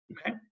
Okay